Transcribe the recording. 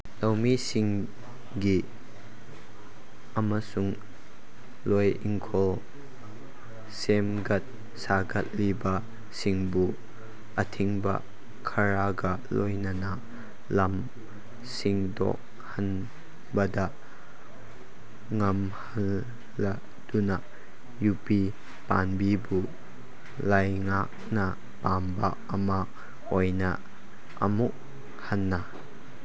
ꯂꯧꯃꯤꯁꯤꯡꯒꯤ ꯑꯃꯁꯨꯡ ꯂꯣꯏ ꯏꯪꯈꯣꯜ ꯁꯦꯝꯒꯠ ꯁꯥꯒꯠꯂꯤꯕꯁꯤꯡꯕꯨ ꯑꯊꯤꯡꯕ ꯈꯔꯒ ꯂꯣꯏꯅꯅ ꯂꯝ ꯁꯤꯡꯗꯣꯛꯍꯟꯕꯗ ꯉꯝꯍꯜꯂꯛꯇꯨꯅ ꯌꯨꯕꯤ ꯄꯥꯝꯕꯤꯕꯨ ꯂꯥꯏꯉꯥꯛꯅ ꯄꯥꯝꯕ ꯑꯃ ꯑꯣꯏꯅ ꯑꯃꯨꯛ ꯍꯟꯅ